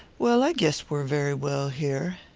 well, i guess we're very well here.